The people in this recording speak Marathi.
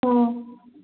हो